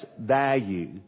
value